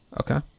Okay